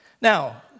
Now